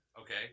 Okay